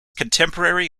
contemporary